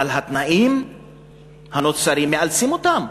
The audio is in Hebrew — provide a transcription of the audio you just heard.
אבל התנאים הנוצרים מאלצים אותם.